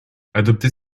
adopter